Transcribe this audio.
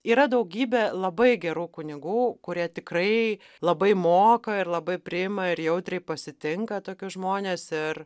yra daugybė labai gerų kunigų kurie tikrai labai moka ir labai priima ir jautriai pasitinka tokius žmones ir